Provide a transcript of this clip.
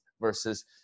versus